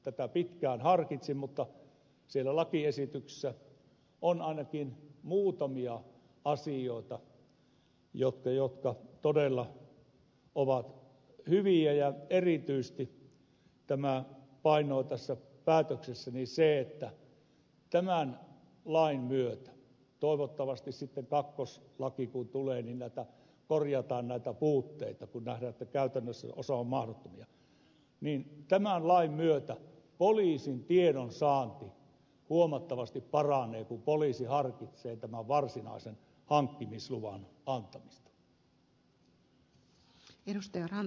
tätä pitkään harkitsin mutta siellä lakiesityksessä on ainakin muutamia asioita jotka todella ovat hyviä ja erityisesti painoi päätöksessäni se että tämän lain myötä toivottavasti sitten kun kakkoslaki tulee näitä puutteita korjataan kun nähdään että käytännössä osa on mahdottomia poliisin tiedonsaanti huomattavasti paranee kun poliisi harkitsee tämän varsinaisen hankkimisluvan antamista